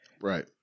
Right